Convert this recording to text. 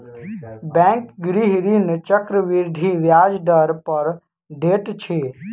bank गृह ऋण चक्रवृद्धि ब्याज दर पर दैत अछि